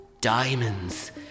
Diamonds